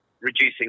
reducing